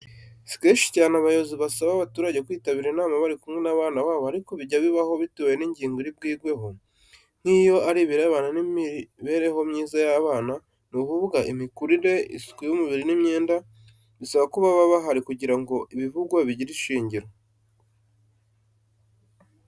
Si kenshi abayobozi basaba abaturage kwitabira inama bari kumwe n'abana babo ariko bijya bibaho bitewe n'ingingo iri bwigweho, nk'iyo ari ibirebana n'imibereho myiza y'abana, ni ukuvuga imikurire, isuku y'umubiri n'imyenda, bisaba ko baba bahari kugira ngo ibivugwa bigire ishingiro.